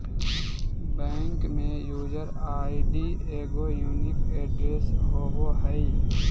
bank में user ID एगो unique address होबो हइ